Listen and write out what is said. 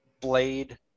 Blade